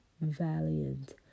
valiant